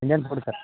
Indian food sir